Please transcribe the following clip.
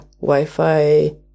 Wi-Fi